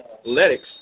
athletics